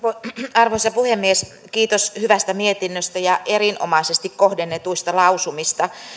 arvoisa puhemies kiitos hyvästä mietinnöstä ja erinomaisesti kohdennetuista lausumista